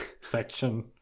section